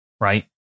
right